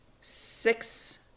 six